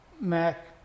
Mac